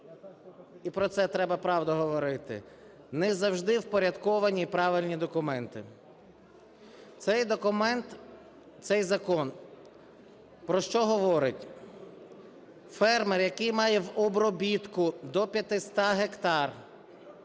і про це треба правду говорити, не завжди впорядковані і правильні документи. Цей документ, цей закон, про що говорить? Фермер, який має в обробітку до 500 гектарів,